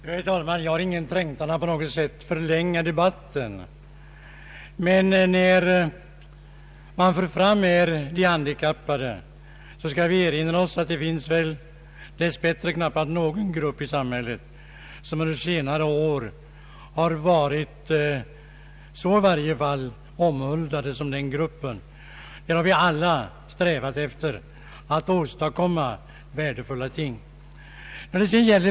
Herr talman! Jag har ingen trängtan att på något sätt förlänga debatten, men när man för fram de handikappade vill jag framhålla att det dess bättre knappast finns någon grupp i samhället som under senare år har varit så omhuldad som denna. Vi har alla strävat efter att där åstadkomma värdefulla ting.